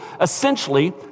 Essentially